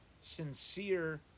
sincere